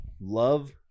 love